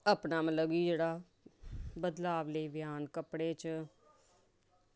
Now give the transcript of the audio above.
अपना मतलब कि जेह्ड़ा बदलाव लेई पेआ आन कपड़े च